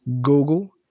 Google